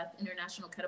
International